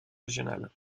régionales